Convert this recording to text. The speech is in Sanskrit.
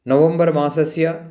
नवम्बर् मासस्य